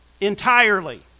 entirely